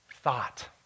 thought